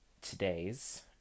today's